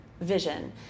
vision